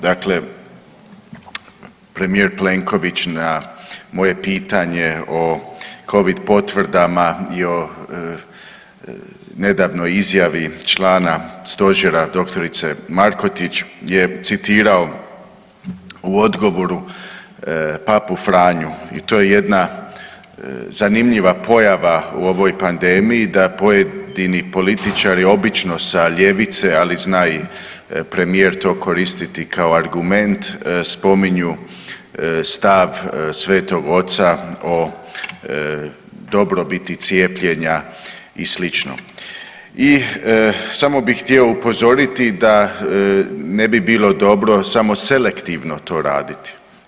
Dakle, premijer Plenković na moje pitanje o Covid potvrdama i o nedavnoj izjavi člana Stožera, dr. Markotić je citirao u odgovoru Papu Franju i to je jedna zanimljiva pojava u ovoj pandemiji da pojedini političari obično sa ljevice, ali zna i premijer to koristiti kao argument, spominju stav Svetog Oca o dobrobiti cijepljenja i sl. i samo bi htio upozoriti da ne bi bilo dobro samo selektivno to raditi.